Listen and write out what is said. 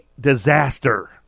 disaster